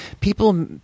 people